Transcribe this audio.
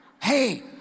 Hey